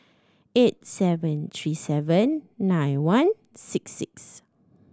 eight seven three seven nine one six six